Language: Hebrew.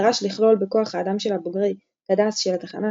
דרש לכלול בכח האדם שלה בוגרי קד"צ של התחנה,